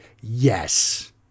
Yes